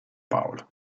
paolo